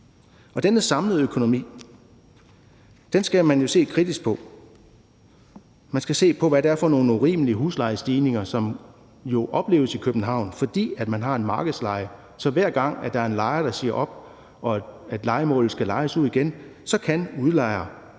denne samlede økonomi skal man jo se kritisk på. Man skal se på, hvad det er for nogle urimelige huslejestigninger, som opleves i København, fordi man har en markedsleje, der gør, at hver gang der er en lejer, der siger op, og lejemålet skal lejes ud igen, kan udlejer